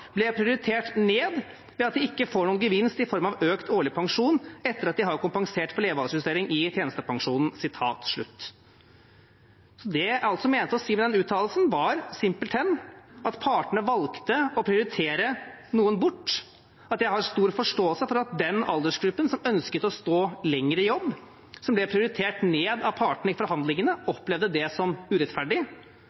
form av økt årlig pensjon etter at de har kompensert for levealdersjusteringen i tjenestepensjonen.» Det jeg altså mente å si med den uttalelsen, var simpelthen at partene valgte å prioritere noen bort, og at jeg har stor forståelse for at den aldersgruppen som ønsket å stå lenger i jobb, som ble prioritert ned av partene i forhandlingene,